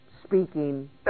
speaking